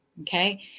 Okay